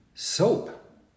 Soap